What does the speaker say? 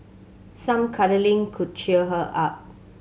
some cuddling could cheer her up